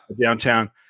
downtown